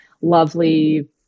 lovely